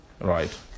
right